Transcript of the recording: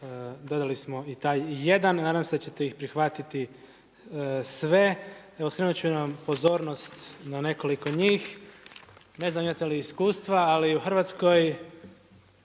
dodali smo i taj jedan, nadam se da ćete ih prihvatiti sve. Skrenut ću vam pozornost na nekoliko njih. Ne znam imate li iskustva, ali u Hrvatskoj